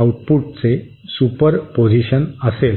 आउटपुटचे सुपरपोजिशन असेल